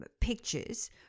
pictures